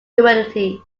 duality